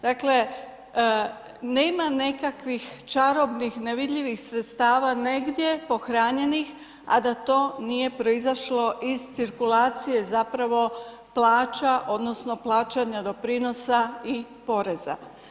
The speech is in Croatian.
Dakle, nema nekakvih čarobnih nevidljivih sredstava negdje pohranjenih, a da to nije proizašlo iz cirkulacije zapravo plaća odnosno plaćanja doprinosa i poreza.